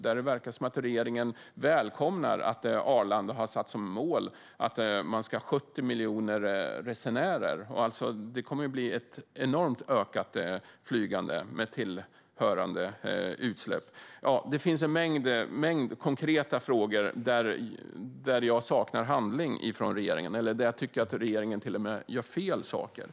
Det verkar som att regeringen välkomnar att Arlanda har satt 70 miljoner resenärer som mål. Det kommer ju att bli ett enormt ökat flygande med tillhörande utsläpp. Ja, det finns en mängd konkreta frågor där jag saknar handling från regeringen eller där jag tycker att regeringen till och med gör fel saker.